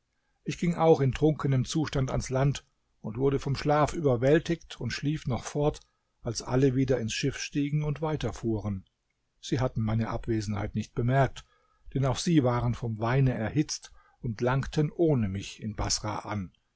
ich ging auch in trunkenem zustand ans land und wurde vom schlaf überwältigt und schlief noch fort als alle wieder ins schiff stiegen und weiterfuhren sie hatten meine abwesenheit nicht bemerkt denn auch sie waren vom weine erhitzt und langten ohne mich in baßrah an